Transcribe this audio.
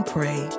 Pray